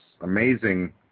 amazing